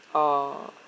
oh